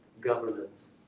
governance